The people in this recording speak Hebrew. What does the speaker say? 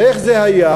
ואיך זה היה?